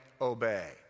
obey